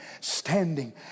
standing